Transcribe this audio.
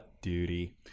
Duty